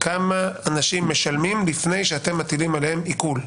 כמה אנשים משלמים לפני שאתם מטילים עליהם עיקול?